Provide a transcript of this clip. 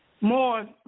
more